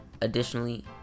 Additionally